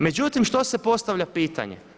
Međutim što se postavlja pitanje?